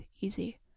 easy